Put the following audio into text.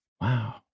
Wow